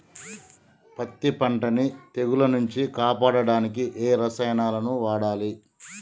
పత్తి పంటని తెగుల నుంచి కాపాడడానికి ఏ రసాయనాలను వాడాలి?